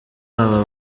aba